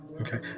Okay